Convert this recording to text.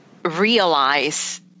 realize